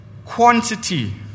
quantity